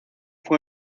fue